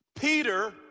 Peter